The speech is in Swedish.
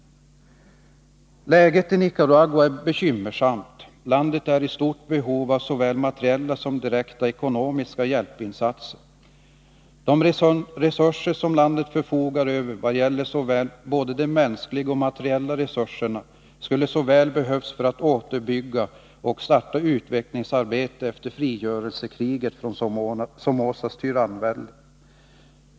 Läget i Nicaragua är bekymmersamt. Landet är i stort behov av såväl materiella som direkta ekonomiska hjälpinsatser. De resurser som landet förfogar över i vad gäller de mänskliga och de materiella resurserna skulle så väl ha behövts för att återbygga och starta utvecklingsarbete efter frigörelsen från Somozas tyrannvälde.